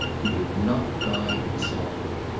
who did not die insolvent.